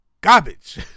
Garbage